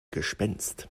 gespenst